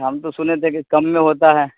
ہم تو سنے تھے کہ کم میں ہوتا ہے